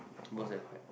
both sec five